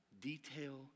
detail